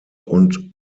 und